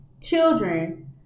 Children